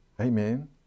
Amen